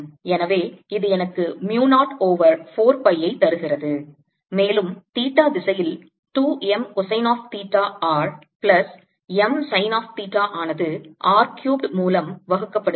எனவே இது எனக்கு mu 0 ஓவர் 4 pi ஐ தருகிறது மேலும் தீட்டா திசையில் 2 m cosine of theta r plus m sine of theta ஆனது R க்யூப்ட் மூலம் வகுக்கப்படுகிறது